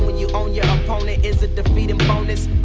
you own your opponent is a defeating bonus.